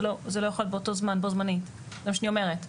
זה לא יכול להיות באותו זמן בו זמנית זה מה שאני אומרת.